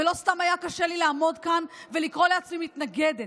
ולא סתם היה קשה לי לעמוד כאן ולקרוא לעצמי מתנגדת,